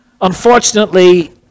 Unfortunately